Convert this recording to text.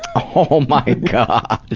oh my but